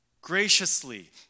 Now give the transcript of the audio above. graciously